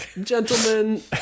Gentlemen